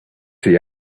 see